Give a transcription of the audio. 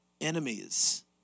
enemies